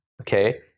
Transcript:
okay